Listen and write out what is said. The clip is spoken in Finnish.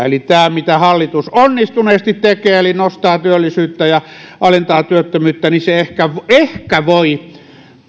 eli tämä mitä hallitus onnistuneesti tekee eli nostaa työllisyyttä ja alentaa työttömyyttä ehkä ehkä voi